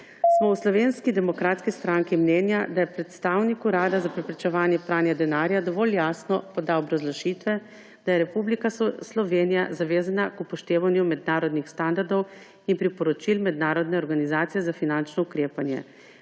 smo v Slovenski demokratski stranki mnenja, da je predstavnik Urada za preprečevanja pranja denarja dovolj jasno podal obrazložitve, da je Republika Slovenija zavezana k upoštevanju mednarodnih standardov in priporočil mednarodne organizacije za finančno ukrepanje,